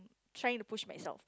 trying to push myself